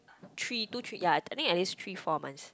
three two three ya I think at least three four months